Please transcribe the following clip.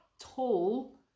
tall